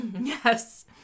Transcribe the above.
Yes